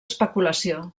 especulació